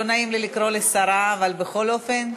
לא נעים לי לקרוא לשרה, אבל בכל אופן.